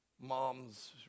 moms